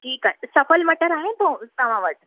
ठीकु आहे सफल मटर आहे तव्हां वटि